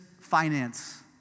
finance